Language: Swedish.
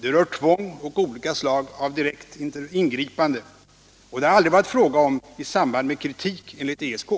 Det rör tvång och olika slag av direkt ingripande, vilket det aldrig har varit fråga om i samband med | kritik enligt ESK.